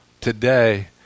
today